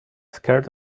scared